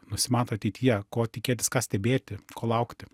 nusimato ateityje ko tikėtis ką stebėti ko laukti